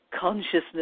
consciousness